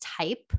type